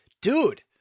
dude